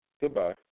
Goodbye